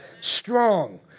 Strong